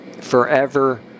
forever